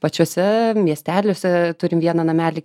pačiuose miesteliuose turim vieną namelį